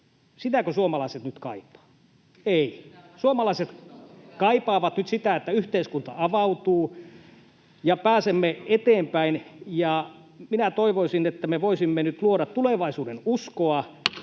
Sitäkö suomalaiset nyt kaipaavat? [Leena Meren välihuuto] Eivät. Suomalaiset kaipaavat nyt sitä, että yhteiskunta avautuu ja pääsemme eteenpäin, ja minä toivoisin, että me voisimme nyt luoda tulevaisuudenuskoa.